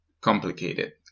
complicated